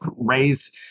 raise